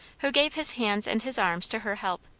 who gave his hands and his arms to her help.